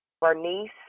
Bernice